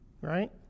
Right